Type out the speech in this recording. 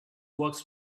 works